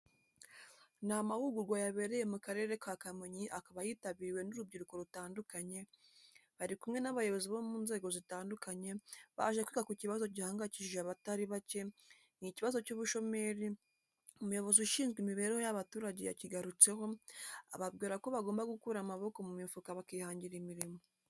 Ni amahugurwa yabereye mu karere ka Kamonyi akaba yitabiriwe n'urubyiruko rutandukanye, bari kumwe n'abayobozi bo mu nzego zitandukanye, baje kwiga ku kibazo gihangayikishije abatari bake ni ikibazo cy'ubushomeri, umuyobozi ushinzwe imibereho y'abaturage yakigarutseho ababwira ko bagomba gukura amaboko mu mifuka bakihangira imirimo.